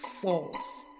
false